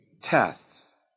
tests